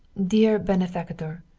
dear benefactor,